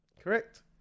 Correct